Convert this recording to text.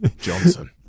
Johnson